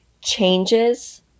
changes